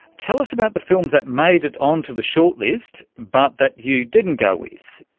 tell us about the films that made it onto the shortlist but that you didn't go with.